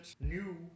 new